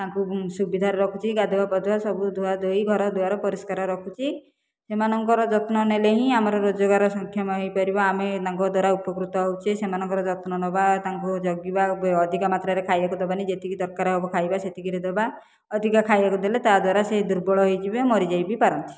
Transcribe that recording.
ତାଙ୍କୁ ସୁବିଧାରେ ରଖୁଛି ଗାଧୁଆପାଧୁଆ ସବୁ ଧୁଅଧୁଇ ଘରଦୁଆର ପରିଷ୍କାର ରଖୁଛି ସେମାନଙ୍କର ଯତ୍ନ ନେଲେ ହିଁ ଆମର ରୋଜଗାର ସକ୍ଷମ ହୋଇପାରିବ ଆମେ ତାଙ୍କ ଦ୍ୱାରା ଉପକୃତ ହେଉଛେ ସେମାନଙ୍କର ଯତ୍ନ ନେବା ତାଙ୍କୁ ଜଗିବା ଅଧିକ ମାତ୍ରାରେ ଖାଇବାକୁ ଦେବାନି ଯେତିକି ଦରକାର ହେବ ଖାଇବା ସେତିକିରେ ଦେବା ଅଧିକା ଖାଇବାକୁ ଦେଲେ ତା' ଦ୍ୱାରା ସେ ଦୁର୍ବଳ ହୋଇଯିବେ ମରିଯାଇ ବି ପାରନ୍ତି